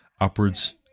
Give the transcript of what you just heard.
Upwards